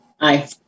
Aye